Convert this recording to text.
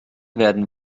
werden